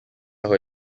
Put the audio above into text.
aho